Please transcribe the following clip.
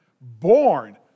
born